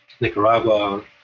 Nicaragua